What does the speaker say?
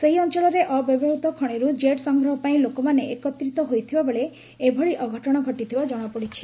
ସେହି ଅଞ୍ଚଳରେ ଅ ବ୍ୟବହୃତ ଖଣିରୁ ଜେଡ୍ ସଂଗ୍ରହ ପାଇଁ ଲୋକମାନେ ଏକତ୍ରିତ ହୋଇଥିବାବେଳେ ଏଭଳି ଅଘଟ ଘଟିଥିବା ଜଣାପଡ଼ିଛି